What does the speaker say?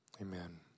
Amen